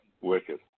Wicked